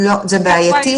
זה בעייתי.